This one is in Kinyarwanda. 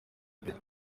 mbere